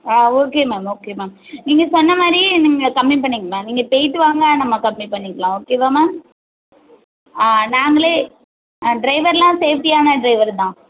ஆ okay ma'am okay ma'am நீங்கள் சொன்ன மாதிரி நீங்கள் கம்மி பண்ணிக்கலாம் நீங்கள் போய்விட்டு வாங்க நம்ம கம்மி பண்ணிக்கலாம் ஓகேவா மேம் ஆ நாங்களே ட்ரைவரெலாம் சேஃப்டியான ட்ரைவர் தான்